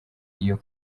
iyo